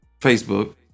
Facebook